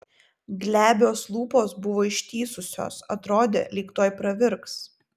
glebios lūpos buvo ištįsusios atrodė lyg tuoj pravirks